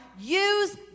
use